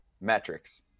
metrics